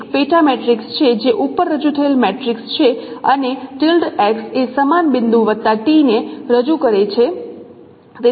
એક પેટા મેટ્રિક્સ છે જે ઉપર રજૂ થયેલ મેટ્રિક્સ છે અને તે સમાન બિંદુ વત્તા t ને રજૂ કરે છે